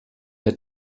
der